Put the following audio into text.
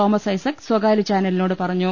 Thomas Isaac സ്വകാര്യ ചാനലിനോട് പറഞ്ഞു